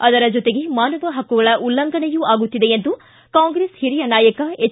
ಅದರ ಜೊತೆಗೆ ಮಾನವ ಹಕ್ಕುಗಳ ಉಲ್ಲಂಘನೆಯೂ ಆಗುತ್ತಿದೆ ಎಂದು ಕಾಂಗ್ರೆಸ್ ಹಿರಿಯ ನಾಯಕ ಎಚ್